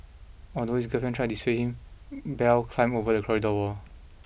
although his girlfriend tried to dissuade him Bell climbed over the corridor wall